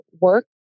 work